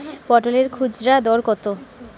পটলের খুচরা দর কত?